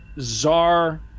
Czar